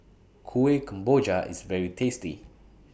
Kueh Kemboja IS very tasty